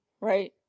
right